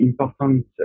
important